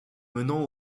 menant